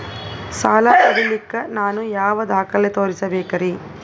ಸಾಲ ಪಡಿಲಿಕ್ಕ ನಾನು ಯಾವ ದಾಖಲೆ ತೋರಿಸಬೇಕರಿ?